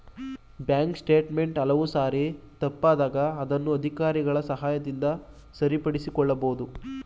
bank statement ಕೆಲವು ಸಾರಿ ತಪ್ಪಾದಾಗ ಅದನ್ನು ಅಧಿಕಾರಿಗಳ ಸಹಾಯದಿಂದ ಸರಿಪಡಿಸಿಕೊಳ್ಳಬಹುದು